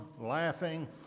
laughing